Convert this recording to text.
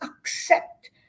accept